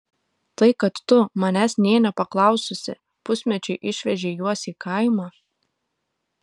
tai kad tu manęs nė nepaklaususi pusmečiui išvežei juos į kaimą